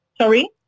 Sorry